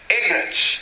ignorance